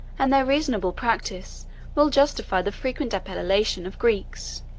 and their reasonable practice will justify the frequent appellation of greeks.